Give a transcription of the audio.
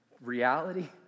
reality